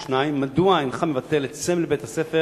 2. מדוע אינך מבטל את סמל בית-הספר